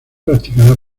practicada